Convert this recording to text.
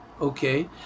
Okay